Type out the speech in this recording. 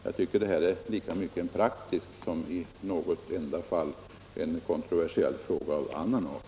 Jag tycker att detta är lika mycket en praktisk fråga som i något enda fall en kontroversiell fråga av annan art.